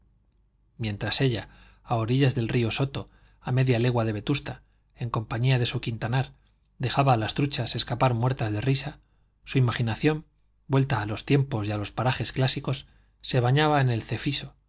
mientras ella a orillas del río soto a media legua de vetusta en compañía de su quintanar dejaba a las truchas escapar muertas de risa su imaginación vuelta a los tiempos y a los parajes clásicos se bañaba en el cefiso